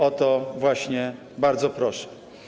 O to właśnie bardzo proszę.